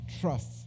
trust